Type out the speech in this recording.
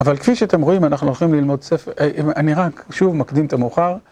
אבל כפי שאתם רואים אנחנו הולכים ללמוד ספר, אני רק שוב מקדים את המאוחר